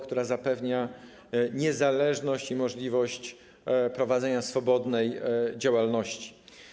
która zapewni niezależność i możliwość prowadzenia swobodnej działalności.